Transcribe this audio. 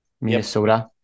Minnesota